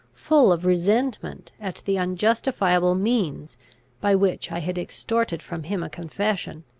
full of resentment at the unjustifiable means by which i had extorted from him a confession,